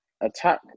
attack